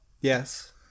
Yes